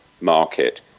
market